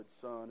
Son